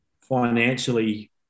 financially